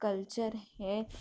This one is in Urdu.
کلچر ہے